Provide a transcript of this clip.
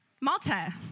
Malta